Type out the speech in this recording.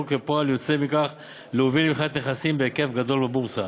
וכפועל יוצא מכך להוביל למכירת נכסים בהיקף גדול בבורסה,